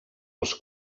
els